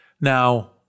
Now